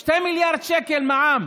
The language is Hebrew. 2 מיליארד שקל מע"מ